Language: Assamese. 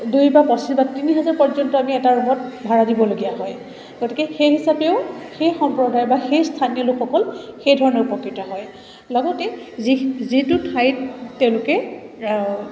দুই বা পঁচিছ বা তিনি হাজাৰ পৰ্যন্ত আমি এটা ৰুমত ভাড়া দিবলগীয়া হয় গতিকে সেই হিচাপেও সেই সম্প্ৰদায় বা সেই স্থানীয় লোকসকল সেই ধৰণে উপকৃত হয় লগতে যিখিনি যিটো ঠাইত তেওঁলোকে